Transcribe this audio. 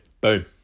Boom